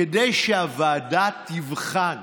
כדי שהוועדה תבחן